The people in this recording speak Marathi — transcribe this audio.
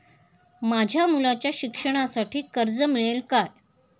माझ्या मुलाच्या शिक्षणासाठी कर्ज मिळेल काय?